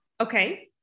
Okay